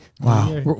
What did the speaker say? Wow